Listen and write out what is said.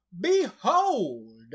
Behold